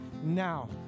now